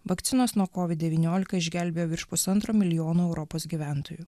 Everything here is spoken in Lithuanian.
vakcinos nuo kovid devyniolika išgelbėjo virš pusantro milijono europos gyventojų